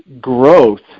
growth